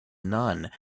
none